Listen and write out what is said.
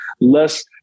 Less